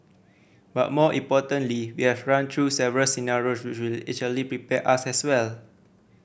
but more importantly we have run through several scenarios which will prepare us as well